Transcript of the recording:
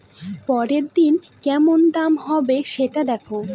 পরের দিনের কেমন দাম হবে, সেটা দেখে